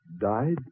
Died